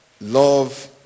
love